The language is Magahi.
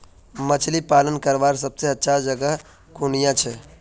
मछली पालन करवार सबसे अच्छा जगह कुनियाँ छे?